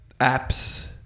apps